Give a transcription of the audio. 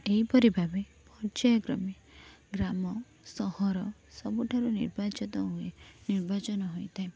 ଏହିପରି ଭାବେ ପର୍ଯାୟ କ୍ରମେ ଗ୍ରାମ ସହର ସବୁଠାରେ ନିର୍ବାଚିତ ହୁଏ ନିର୍ବାଚନ ହୋଇଥାଏ